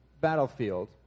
Battlefield